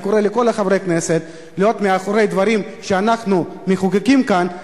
אני קורא לכל חברי הכנסת להיות מאחורי דברים שאנחנו מחוקקים כאן,